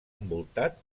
envoltat